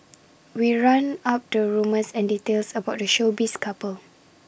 we round up the rumours and details about the showbiz couple